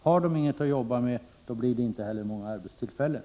Har de inget att jobba med blir det inte heller många arbetstillfällen.